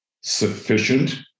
sufficient